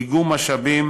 איגום משאבים,